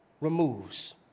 removes